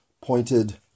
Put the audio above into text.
pointed